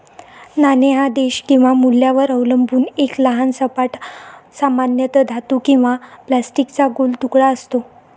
नाणे हा देश किंवा मूल्यावर अवलंबून एक लहान सपाट, सामान्यतः धातू किंवा प्लास्टिकचा गोल तुकडा असतो